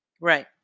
Right